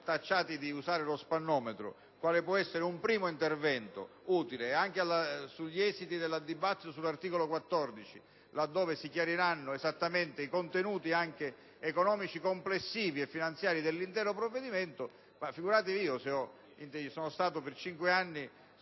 tacciati di usare lo «spannometro», quale può essere un primo intervento utile, anche sulla base degli esiti del dibattito sull'articolo 14, laddove si chiariranno esattamente i contenuti anche economici complessivi e finanziari dell'intero provvedimento, figuratevi se sarò io ad